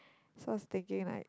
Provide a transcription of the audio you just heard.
so I was thinking like